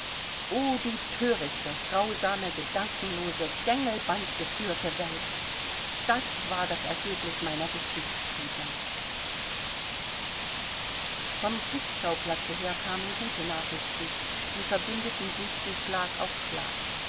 o du thörichte grausame gedankenlose gängelbandgeführte welt das war das ergebnis meiner geschichtsstudien vom kriegsschauplatze her kamen gute nachrichten die verbündeten siegten schlag auf schlag